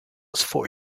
for